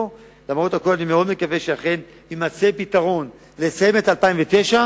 למרות הכול אני מאוד מקווה שאכן יימצא פתרון לסיים את 2009,